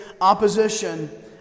opposition